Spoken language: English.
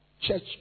church